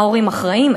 ההורים אחראים,